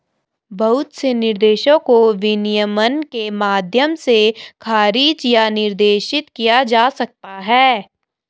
बहुत से निर्देशों को विनियमन के माध्यम से खारिज या निर्देशित किया जा सकता है